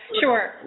sure